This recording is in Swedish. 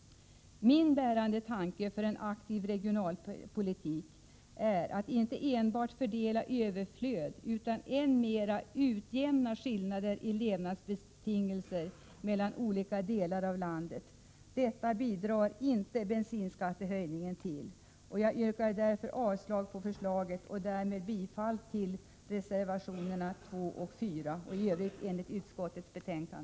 Min bärande tanke för en aktiv regionalpolitik är att inte enbart fördela överflöd utan än mera utjämna skillnader i levnadsbetingelser mellan olika delar av landet. Detta bidrar inte bensinskattehöjningen till. Jag yrkar avslag på förslaget och därmed bifall till reservationerna 2 och 4 samt i övrigt till utskottets hemställan.